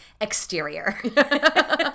exterior